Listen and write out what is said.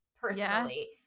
personally